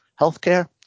healthcare